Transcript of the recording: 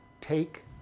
Take